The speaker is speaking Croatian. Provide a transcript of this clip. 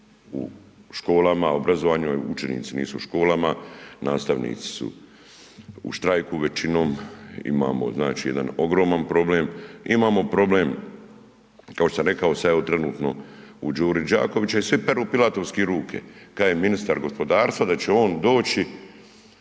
u školama, obrazovanju, učenici nisu u školama, nastavnici su u štrajku većinom. Imamo jedan ogroman problem, imamo problem kao što sam rekao sada trenutno u Đuri Đakoviću i svi peru pilatovski ruke. Kaže ministar gospodarstva da će on doći